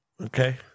okay